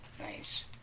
Nice